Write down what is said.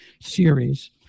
series